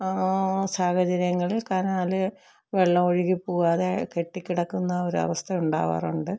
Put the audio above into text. സാഹചര്യങ്ങളിൽ കനാൽ വെള്ളം ഒഴുകിപ്പോകാതെ കെട്ടികിടക്കുന്ന ഒരവസ്ഥ ഉണ്ടാകാറുണ്ട്